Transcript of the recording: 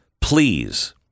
please